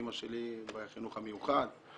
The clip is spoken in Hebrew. אימא שלי בחינוך המיוחד,